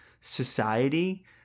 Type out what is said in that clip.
society